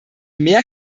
mehr